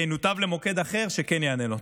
זה ינותב למוקד אחר שכן יענה לו.